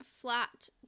flat